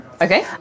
Okay